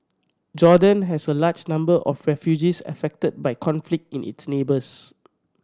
Jordan has a large number of refugees affected by conflict in its neighbours